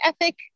ethic